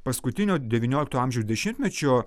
paskutinio devyniolikto amžiaus dešimtmečio